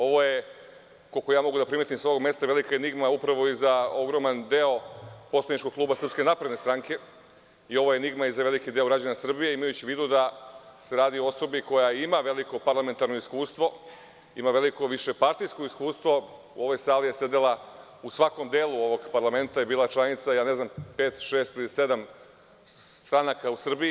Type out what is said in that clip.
Ovo je, koliko ja mogu da primetim sa ovog mesta, velika enigma upravo i za ogroman deo poslaničkog kluba SNS i ovo je enigma i za veliki deo građana Srbije, imajući u vidu da se radi o osobi koja ima veliko parlamentarno iskustvo, ima veliko višepartijsko iskustvo, u ovoj sali je sedela, u svakom delu ovog parlamenta je bila članica, pet, šest ili sedam stranaka u Srbiji.